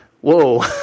whoa